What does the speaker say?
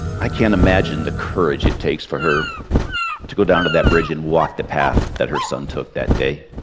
i can't imagine the courage it takes for her to go down to that bridge and walk the path that her son took that day,